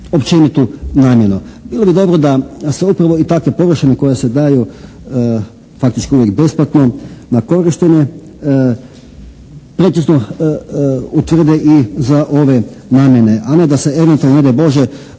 općenitu namjenu. Bilo bi dobro da se upravo i takve površine koje se daju faktički uvijek besplatno na korištenje precizno utvrde i za ove namjene a ne da se eventualno ne daj Bože